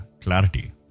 clarity